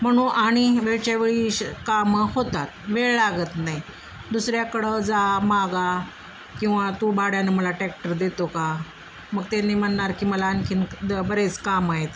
म्हणून आणि वेळच्या वेळी कामं होतात वेळ लागत नाही दुसऱ्याकडं जा मागा किंवा तू भाड्यानं मला टॅक्टर देतो का मग ते नाही म्हणणार की मला आणखी द बरेच काम आहेत